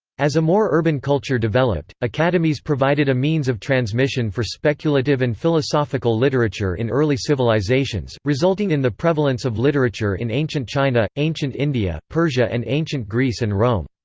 as a more urban culture developed, academies provided a means of transmission for speculative and philosophical literature in early civilizations, resulting in the prevalence of literature in ancient china, ancient india, persia and ancient greece and rome.